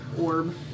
orb